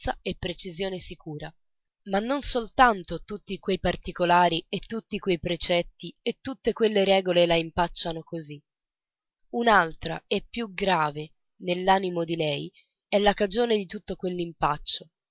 e precisione sicura ma non soltanto tutti quei particolari e tutti quei precetti e tutte quelle regole la impacciano così un'altra e più grave nell'animo di lei è la cagione di tutto quell'impaccio